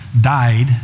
died